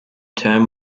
term